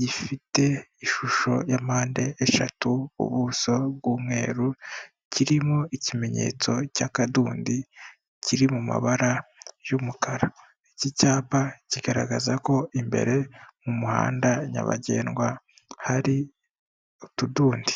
gifite ishusho ya mpande eshatu ubuso bw'umweru, kirimo ikimenyetso cy'akadundi, kiri mu mabara y'umukara, iki cyapa kigaragaza ko imbere mu muhanda nyabagendwa hari utudundi.